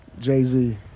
Jay-Z